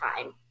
time